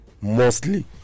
mostly